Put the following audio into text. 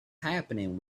happening